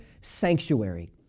sanctuary